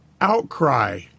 outcry